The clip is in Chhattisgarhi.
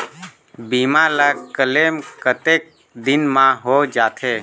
बीमा ला क्लेम कतेक दिन मां हों जाथे?